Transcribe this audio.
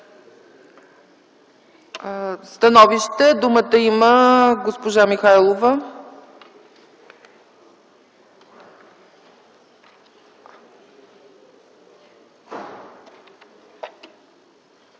становище думата има госпожа Михайлова.